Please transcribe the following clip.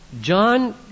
John